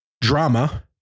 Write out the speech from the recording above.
drama